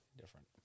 Different